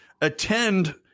attend